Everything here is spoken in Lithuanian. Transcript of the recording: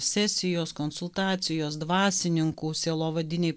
sesijos konsultacijos dvasininkų sielovadiniai